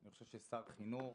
שר חינוך,